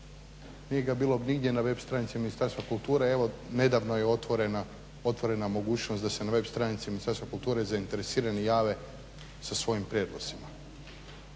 nije ga bilo nigdje na web stranici Ministarstva kulture. Evo nedavno je otvorena mogućnost da se na web stranici Ministarstva kulture zainteresirani jave sa svojim prijedlozima.